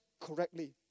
correctly